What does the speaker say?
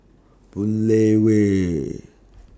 Boon Lay Way